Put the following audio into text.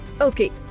Okay